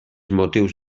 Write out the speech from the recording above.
motius